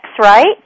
right